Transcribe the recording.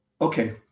Okay